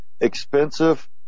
expensive